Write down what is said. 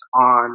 on